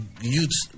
youths